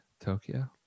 Tokyo